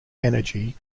energy